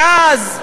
ואז,